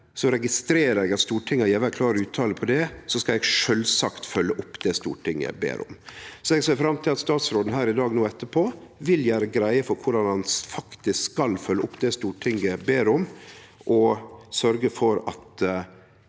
no registrerer eg at Stortinget har gjeve ei klar uttale om det også – skal eg sjølvsagt fylgje opp det som Stortinget ber om.» Eg ser fram til at statsråden her i dag, no etterpå, vil gjere greie for korleis han faktisk skal følgje opp det Stortinget ber om, og sørgje for at